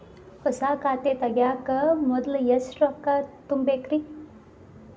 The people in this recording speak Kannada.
ಹೊಸಾ ಖಾತೆ ತಗ್ಯಾಕ ಮೊದ್ಲ ಎಷ್ಟ ರೊಕ್ಕಾ ತುಂಬೇಕ್ರಿ?